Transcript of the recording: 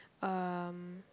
um